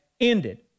ended